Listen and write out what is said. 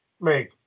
make